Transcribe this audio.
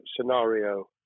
scenario